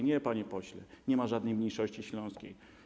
Nie, panie pośle, nie ma żadnej mniejszości śląskiej.